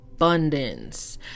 abundance